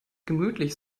gemütlich